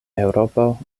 eŭropo